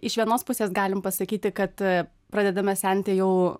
iš vienos pusės galim pasakyti kad pradedame senti jau